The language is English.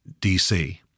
DC